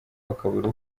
bakabura